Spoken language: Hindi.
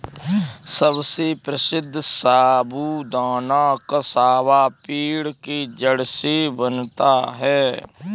सबसे प्रसिद्ध साबूदाना कसावा पेड़ के जड़ से बनता है